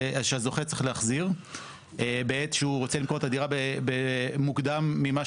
שהזוכה צריך להחזיר בעת שהוא רוצה למכור את הדירה מוקדם ממה